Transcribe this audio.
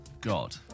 God